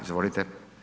Izvolite.